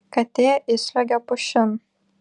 katė įsliuogė pušin